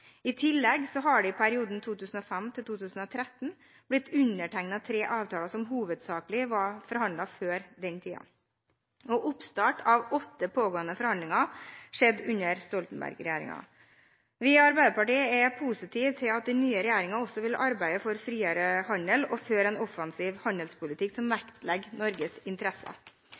I tillegg har det i perioden 2005–2013 blitt undertegnet tre avtaler som hovedsakelig var framforhandlet før den tiden. Oppstart av åtte pågående forhandlinger skjedde under Stoltenberg-regjeringen. Vi i Arbeiderpartiet er positive til at den nye regjeringen også vil arbeide for friere handel og føre en offensiv handelspolitikk som vektlegger Norges interesser.